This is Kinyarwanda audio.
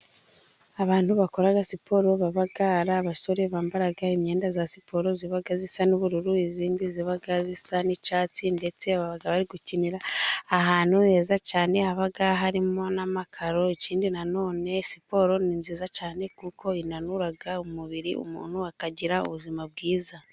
Abantu bakora siporo baba ari abasore, bambara imyenda za siporo ziba zisa n' ubururu izindi ziba zisa n' icyatsi ndetse babaga bari gukinira ahantu heza cyane haba harimo n' amakaro; ikindi nanone siporo ni nziza cyane kuko inanura umubiri; umuntu akagira ubuzima bwiza.